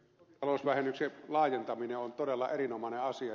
kotitalousvähennyksen laajentaminen on todella erinomainen asia